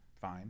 Fine